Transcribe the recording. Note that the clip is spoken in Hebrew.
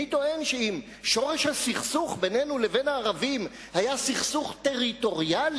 אני טוען שאם שורש הסכסוך בינינו לבין הערבים היה סכסוך טריטוריאלי,